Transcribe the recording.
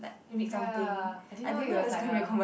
ya I didn't know it was like a